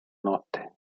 notte